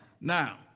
now